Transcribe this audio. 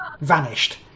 vanished